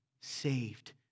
saved